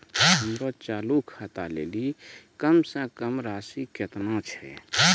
हमरो चालू खाता लेली कम से कम राशि केतना छै?